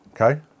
Okay